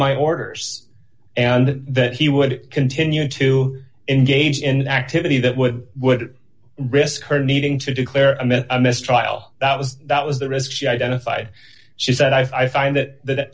my orders and that he would continue to engage in activity that would would risk her needing to declare and then a mistrial that was that was the risk she identified she said i find that that